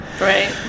Right